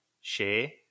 share